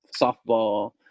softball